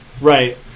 Right